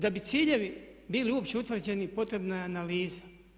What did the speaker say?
Da bi ciljevi bili uopće utvrđeni potrebna je analiza.